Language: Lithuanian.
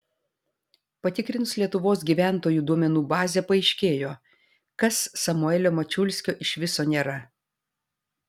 patikrinus lietuvos gyventojų duomenų bazę paaiškėjo kas samuelio mačiulskio iš viso nėra